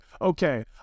okay